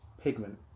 pigment